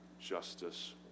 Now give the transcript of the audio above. justice